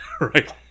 right